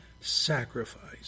sacrifice